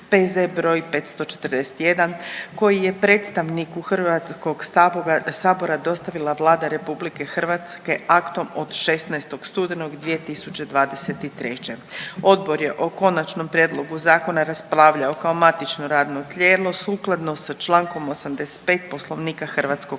P.Z. br. 541. koji je predstavniku HS dostavila Vlada RH aktom od 16. studenog 2023.g.. Odbor je o Konačnom prijedlogu zakona raspravljao kao matično radno tijelo sukladno sa čl. 85. Poslovnika HS.